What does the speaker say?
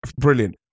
brilliant